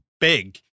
big